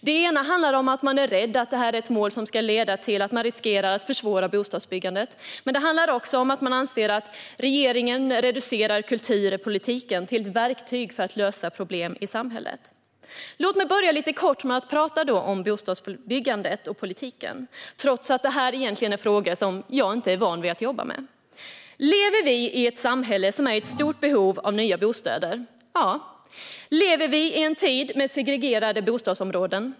Det ena handlar om att man är rädd att målet riskerar att försvåra bostadsbyggandet och det andra om att man anser att regeringen reducerar kulturpolitiken till ett verktyg för att lösa problem i samhället. Låt mig då börja med att tala lite kortfattat om bostadsbyggandet och politiken, trots att detta egentligen är frågor som jag inte är van vid att jobba med. Lever vi i ett samhälle som är i stort behov av nya bostäder? Ja. Lever vi i en tid med segregerade bostadsområden?